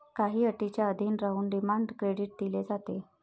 काही अटींच्या अधीन राहून डिमांड क्रेडिट दिले जाते